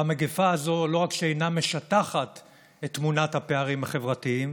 והמגפה הזו לא רק שאינה משטחת את תמונת הפערים החברתיים